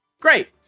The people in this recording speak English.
Great